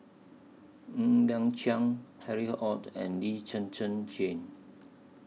Ng Liang Chiang Harry ORD and Lee Zhen Zhen Jane